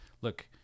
look